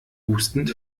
hustend